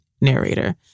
narrator